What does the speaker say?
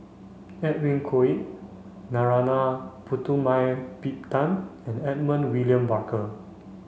Edwin Koek Narana Putumaippittan and Edmund William Barker